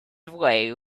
away